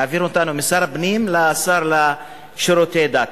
להעביר אותנו משר הפנים לשר לשירותי דת.